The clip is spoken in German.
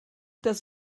das